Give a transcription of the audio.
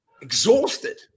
Exhausted